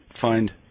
find